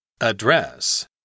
Address